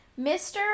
Mr